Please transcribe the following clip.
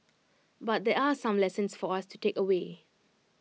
but there are some lessons for us to take away